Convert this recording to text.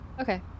Okay